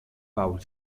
paul